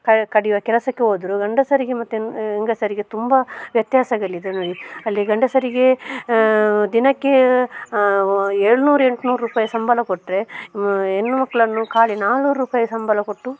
ಕಡಿ ಕಡಿಯುವ ಕೆಲಸಕ್ಕೆ ಹೋದ್ರು ಗಂಡಸರಿಗೆ ಮತ್ತು ಹೆಂಗ್ ಹೆಂಗಸರಿಗೆ ತುಂಬ ವ್ಯತ್ಯಾಸಗಳಿದೆ ನೋಡಿ ಅಲ್ಲಿ ಗಂಡಸರಿಗೆ ದಿನಕ್ಕೆ ಏಳುನೂರು ಎಂಟುನೂರು ರೂಪಾಯಿ ಸಂಬಳ ಕೊಟ್ಟರೆ ಹೆಣ್ಣು ಮಕ್ಕಳನ್ನು ಖಾಲಿ ನಾನೂರು ರೂಪಾಯಿ ಸಂಬಳ ಕೊಟ್ಟು